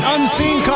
Unseen